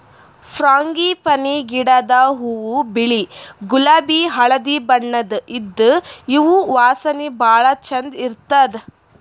frangipani ಗಿಡದ್ ಹೂವಾ ಬಿಳಿ ಗುಲಾಬಿ ಹಳ್ದಿ ಬಣ್ಣದ್ ಇದ್ದ್ ಇವ್ ವಾಸನಿ ಭಾಳ್ ಛಂದ್ ಇರ್ತದ್